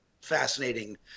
fascinating